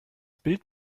bild